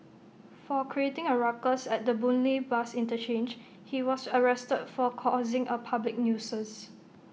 for creating A ruckus at the boon lay bus interchange he was arrested for causing A public nuisance